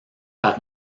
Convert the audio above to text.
par